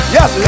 Yes